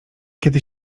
kiedy